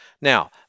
now